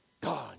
God